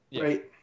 right